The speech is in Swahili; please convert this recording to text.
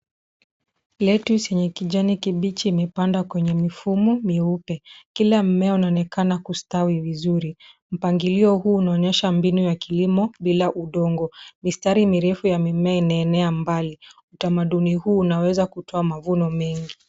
cs[Lettuce]cs yenye kijani kibichi imepandwa kwenye mifumo mweupe. Kila mmea unaonekana kustawi vizuri. Mpangilio huu unaonyesha mbinu ya kilimo bila udongo. Mistari mirefu ya mimea inaenea mbali. Utamaduni huu unaweza kutoa mavuno mengi.